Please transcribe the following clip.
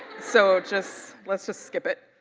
so just, let's just skip it.